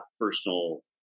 personal